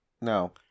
no